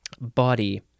Body